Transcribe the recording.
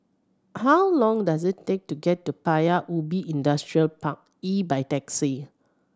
how long does it take to get to Paya Ubi Industrial Park E by taxi